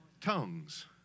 tongues